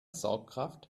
saugkraft